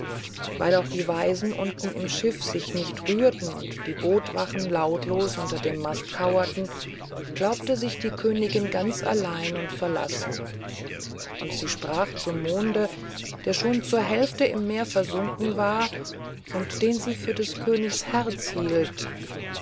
weil auch die weisen unten im schiff sich nicht rührten und die bootswachen lautlos unter dem mast kauerten glaubte sich die königin ganz allein und verlassen und sie sprach zum monde der schon zur hälfte im meer versunken war und den sie für des königs herz hielt